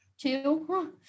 two